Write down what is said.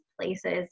places